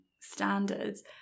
standards